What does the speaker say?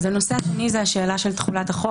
הנושא השני הוא השאלה של חולת החוק,